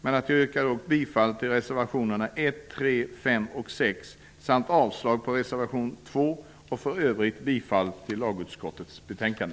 Men jag yrkar bifall till reservationerna 1, 3, 5 och 6 samt avslag på reservation 2. För övrigt yrkar jag bifall till hemställan i lagutskottets betänkande.